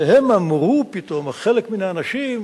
והם אמרו פתאום: חלק מן האנשים,